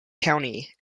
county